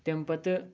تَمہِ پَتہٕ